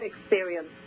experience